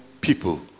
people